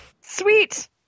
Sweet